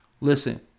listen